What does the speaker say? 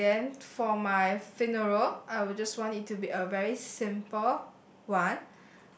and then for my funeral I will just want it to be a very simple one